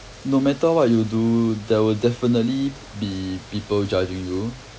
no matter what you do there will definitely be people judging you